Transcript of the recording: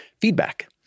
feedback